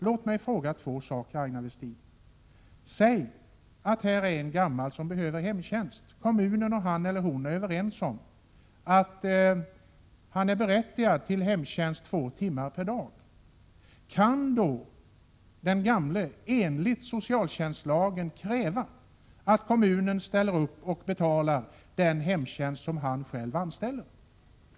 Låt mig fråga två saker, Aina Westin. Säg att här är en gammal människa som behöver hemtjänst. Kommunen och den gamle är överens om att han är berättigad till hemtjänst två timmar per dag. Kan då den gamle enligt socialtjänstlagen kräva att kommunen ställer upp och betalar den hemhjälp han själv anställer?